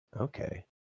Okay